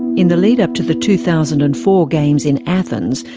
in the lead-up to the two thousand and four games in athens,